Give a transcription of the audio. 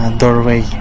doorway